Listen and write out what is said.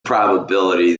probability